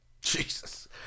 Jesus